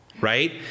right